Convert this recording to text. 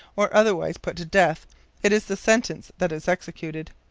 or otherwise put to death it is the sentence that is executed.